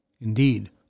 Indeed